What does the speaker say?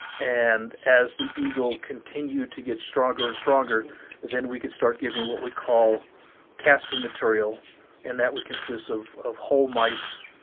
and as the eagle continued to get stronger and stronger then we could start giving what we call casting material and that would consist of of whole mice